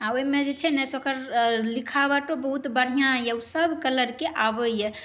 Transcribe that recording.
ओहिमे जे छै ने ओकर लिखावटो बहुत बढ़िआँ अइ ओसब कलरके आबैए